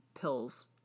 pills